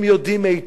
הם יודעים היטב,